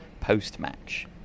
post-match